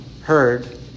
heard